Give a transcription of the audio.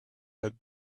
had